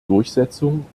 durchsetzung